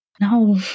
no